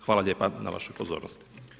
Hvala lijepa na vašoj pozornosti.